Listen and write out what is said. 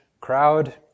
crowd